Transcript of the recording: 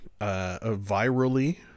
virally